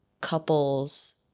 couples